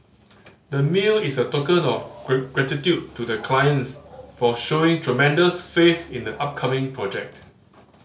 the is a token of gratitude to the clients for showing tremendous faith in the upcoming project